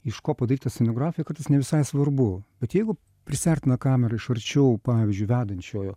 iš ko padaryta scenografija kartais ne visai svarbu bet jeigu prisiartina kamera iš arčiau pavyzdžiui vedančiojo